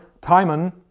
Timon